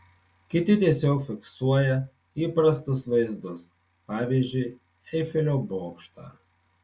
kiti tiesiog fiksuoja įprastus vaizdus pavyzdžiui eifelio bokštą